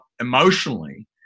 emotionally